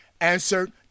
answered